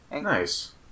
Nice